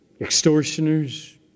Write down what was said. Extortioners